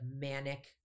manic